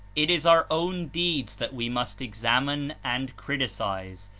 it is our own deeds that we must examine and criticise,